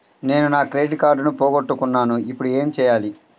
నేను నా క్రెడిట్ కార్డును పోగొట్టుకున్నాను ఇపుడు ఏం చేయాలి?